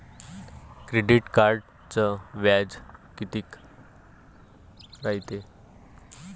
Credit कार्डचं व्याज कितीक रायते?